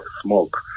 smoke